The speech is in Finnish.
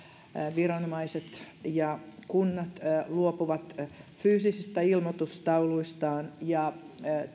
viranomaiset ja kunnat luopuvat fyysisistä ilmoitustauluistaan ja